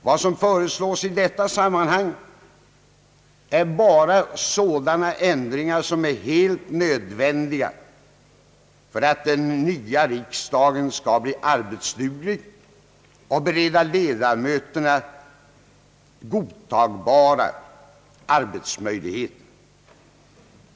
Vad som föreslås i detta sammanhang är bara sådana ändringar som är helt nödvändiga för att den nya riksdagen skall bli arbetsduglig och bereda ledamöterna godtagbara arbetsmöjligheter.